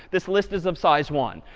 this list is of size one.